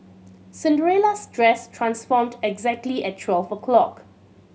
Cinderella's dress transformed exactly at twelve o'clock